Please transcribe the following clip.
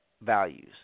values